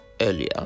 earlier